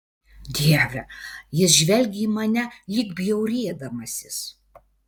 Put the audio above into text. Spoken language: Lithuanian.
dieve jis žvelgė į mane lyg bjaurėdamasis